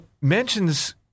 mentions